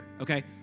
Okay